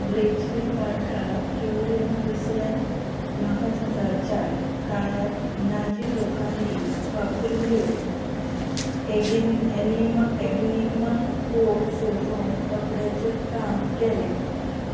Bletchley पार्कांत Turing दुसऱ्या म्हाझुजाच्या काळांत नाजी लोकांनी वापरिल्ल्यो एगीन एनिम एनिग्मा कोड सोदून कापड्याचें काम केलें